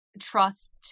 trust